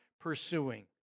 pursuing